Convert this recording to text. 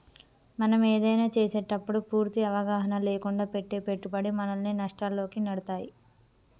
మనం ఏదైనా చేసేటప్పుడు పూర్తి అవగాహన లేకుండా పెట్టే పెట్టుబడి మనల్ని నష్టాల్లోకి నెడతాయి